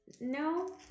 No